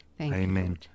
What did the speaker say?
Amen